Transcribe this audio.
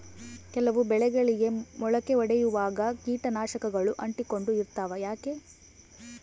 ಕೆಲವು ಬೆಳೆಗಳಿಗೆ ಮೊಳಕೆ ಒಡಿಯುವಾಗ ಕೇಟನಾಶಕಗಳು ಅಂಟಿಕೊಂಡು ಇರ್ತವ ಯಾಕೆ?